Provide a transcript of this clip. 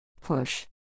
Push